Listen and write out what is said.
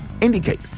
indicate